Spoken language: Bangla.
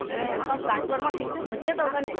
হ্যাঁ সব কাজকর্ম ঠিকঠাক হচ্ছে তো ওখানে